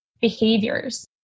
behaviors